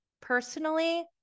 Personally